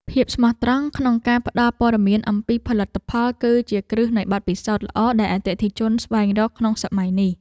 ភាពស្មោះត្រង់ក្នុងការផ្ដល់ព័ត៌មានអំពីផលិតផល គឺជាគ្រឹះនៃបទពិសោធន៍ល្អដែលអតិថិជនស្វែងរកក្នុងសម័យនេះ។